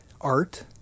art